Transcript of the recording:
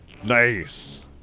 Nice